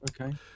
Okay